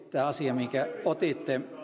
tämä asia minkä otitte